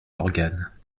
d’organes